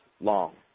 long